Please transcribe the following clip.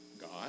God